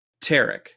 Tarek